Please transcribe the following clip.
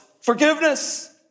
forgiveness